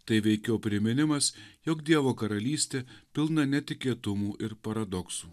tai veikiau priminimas jog dievo karalystė pilna netikėtumų ir paradoksų